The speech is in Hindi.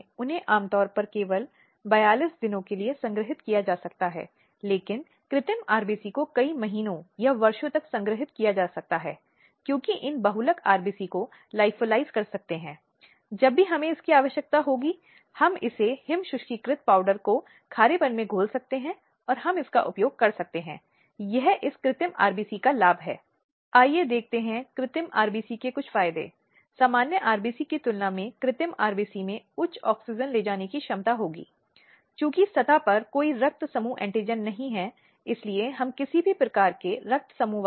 कई स्थितियों में परिवार के भीतर इस तरह के आर्थिक अभाव वगैरह अपनी आर्थिक स्वतंत्रता को सीमित करके महिला को जीवन की मूलभूत आवश्यकताओं से भी वंचित कर देते हैं और अंतिम स्थिति यह है कि जिसे हम उपेक्षा कहते हैं वह पूरी तरह से है